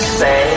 say